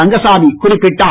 ரங்கசாமி குறிப்பிட்டார்